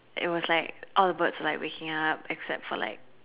it was like all the birds were like waking up except for like